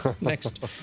Next